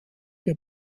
der